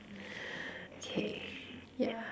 K yeah